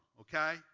okay